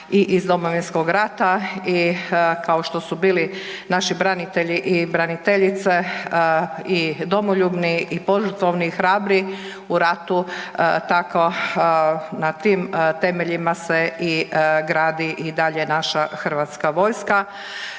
i iz Domovinskog rata i kao što su bili naši branitelji i braniteljice i domoljubni i požrtvovni i hrabri u ratu, tako na tim temeljima se gradi i dalje naša Hrvatska vojska.